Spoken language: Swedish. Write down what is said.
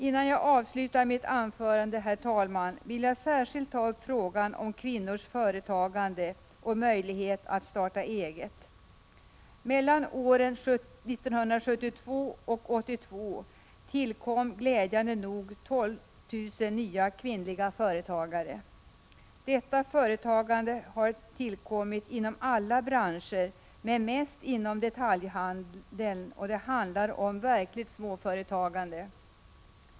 Innan jag avslutar mitt anförande, herr talman, vill jag särskilt ta upp frågan om kvinnors företagande och möjlighet att starta eget. Mellan åren 1972 och 1982 tillkom glädjande nog 12 000 nya kvinnliga företagare. Detta företagande har tillkommit inom alla branscher, men mest inom detaljhandeln, och det handlar om verkligt småföretagande.